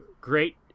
great